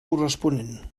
corresponent